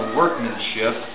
workmanship